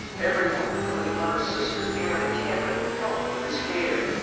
everyone, including hunters sisters erin and camryn, helped with his care.